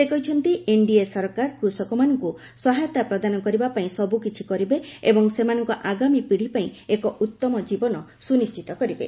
ସେ କହିଛନ୍ତି ଏନ୍ଡିଏ ସରକାର କୃଷକମାନଙ୍କୁ ସହାୟତା ପ୍ରଦାନ କରିବା ପାଇଁ ସବୁକିଛି କରିବେ ଏବଂ ସେମାନଙ୍କ ଆଗାମୀ ପିତୀ ପାଇଁ ଏକ ଉତମ ଜୀବନ ସୁନିଣ୍ଟିତ କରିବେ